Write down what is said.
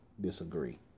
disagree